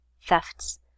thefts